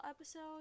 episode